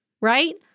right